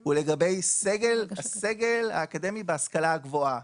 הוא לגבי הסגל האקדמי בהשכלה הגבוהה.